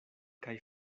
kaj